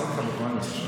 עזרתי לך בפריימריז עכשיו.